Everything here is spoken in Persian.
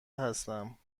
هستم